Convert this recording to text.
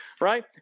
right